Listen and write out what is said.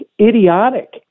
idiotic